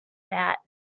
that